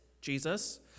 jesus